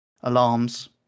alarms